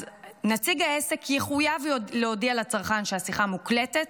אז נציג העסק יחויב להודיע לצרכן שהשיחה מוקלטת,